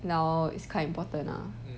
now is quite important ah